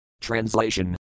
Translation